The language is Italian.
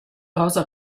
rosa